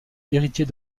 héritier